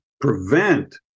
prevent